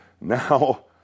Now